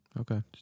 Okay